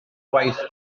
gwaith